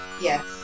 Yes